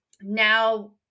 now